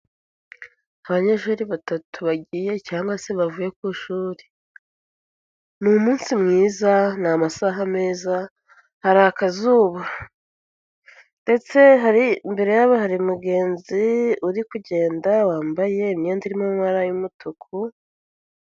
Abanyeshuri batatu bagiye cyangwa se bavuye ku ishuri. Ni umunsi mwiza ni amasaha meza, hari akazuba. Ndetse hari, imbere yabo hari umugenzi uri kugenda, wambaye imyenda irimo amabara y'umutuku.